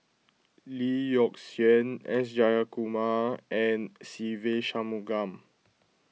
Lee Yock Suan S Jayakumar and Se Ve Shanmugam